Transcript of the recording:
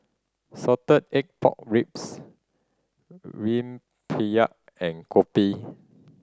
salted egg pork ribs rempeyek and kopi